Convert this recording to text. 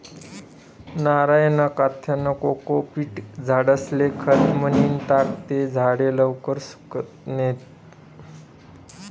नारयना काथ्यानं कोकोपीट झाडेस्ले खत म्हनीन टाकं ते झाडे लवकर सुकातत नैत